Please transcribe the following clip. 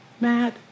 Matt